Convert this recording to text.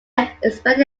expected